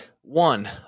one